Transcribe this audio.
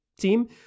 team